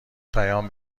پیام